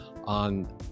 on